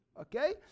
Okay